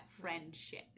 friendship